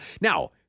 Now